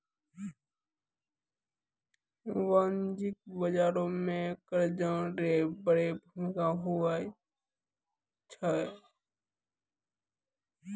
वाणिज्यिक बाजार मे कर्जा रो बड़ो भूमिका हुवै छै